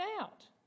out